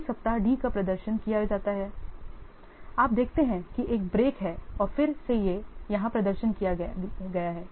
इन सप्ताह D का प्रदर्शन किया जाता है और आप देखते हैं कि एक ब्रेक है और फिर से ये यहां प्रदर्शन किया गया है